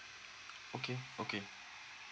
okay okay